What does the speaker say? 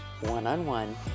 one-on-one